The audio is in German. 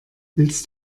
willst